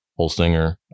Holstinger